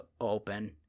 open